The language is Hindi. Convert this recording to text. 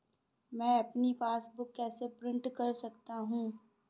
मैं अपनी पासबुक कैसे प्रिंट कर सकता हूँ?